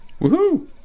Woohoo